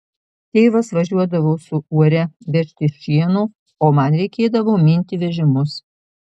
tėvas važiuodavo su uore vežti šieno o man reikėdavo minti vežimus